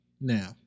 Now